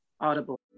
Audible